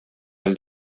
әле